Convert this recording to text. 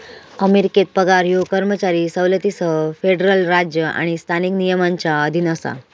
अमेरिकेत पगार ह्यो कर्मचारी सवलतींसह फेडरल राज्य आणि स्थानिक नियमांच्या अधीन असा